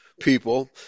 people